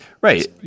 right